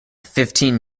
fifteen